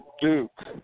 Duke